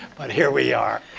but here we are.